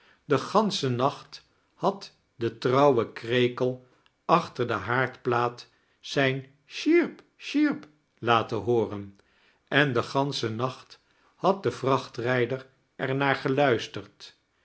den ganschen nacht had de trouwe krekel achter de haardplaat zijn sjierp sjierp laten hooxen en den ganschen nacht had de vrachtrijder er naar geluisterd